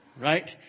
Right